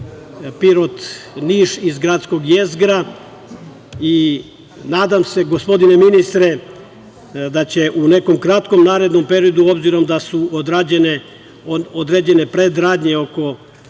Pirot-Niš iz gradskog jezgra i nadam se, gospodine ministre, da će u nekom periodu, s obzirom da su odrađene predradnje oko